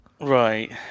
right